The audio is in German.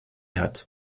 hat